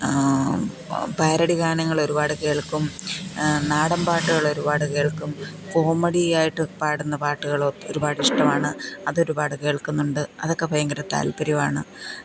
parody ഗാനങ്ങൾ ഒരുപാട് കേൾക്കും നാടൻ പാട്ടുകൾ ഒരുപാട് കേൾക്കും കോമഡി ആയിട്ട് പാടുന്ന പാട്ടുകൾ ഒരുപാട് ഇഷ്ടമാണ് അതൊരുപാട് കേൾക്കുന്നുണ്ട് അതൊക്കെ ഭയങ്കര താൽപ്പര്യമാണ്